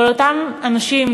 אבל אותם אנשים,